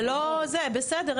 בסדר,